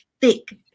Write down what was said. thick